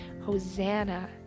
Hosanna